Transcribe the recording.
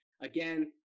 again